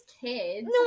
kids